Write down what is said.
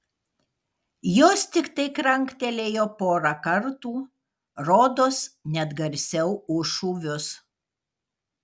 jos tiktai kranktelėjo porą kartų rodos net garsiau už šūvius